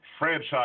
Franchise